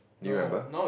do you remember